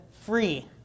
free